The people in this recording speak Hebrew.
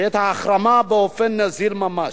ואת ההחרמה באופן נזיל ממש.